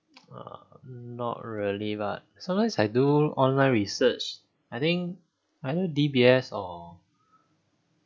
err not really what sometimes I do online research I think either D_B_S or